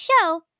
show